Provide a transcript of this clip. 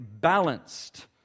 balanced